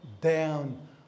down